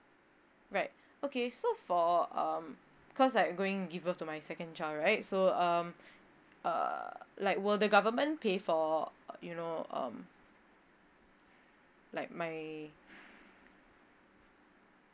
right okay so for um cause I'm going give birth to my second child right so um uh like will the government pay for uh you know um like my